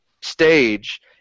stage